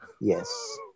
yes